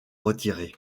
retirer